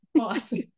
Awesome